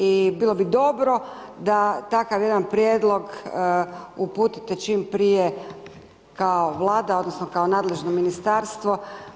I bilo bi dobro da takav jedan prijedlog uputite čim prije kao Vlada odnosno kao nadležno ministarstvo.